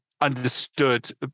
understood